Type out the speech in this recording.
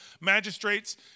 magistrates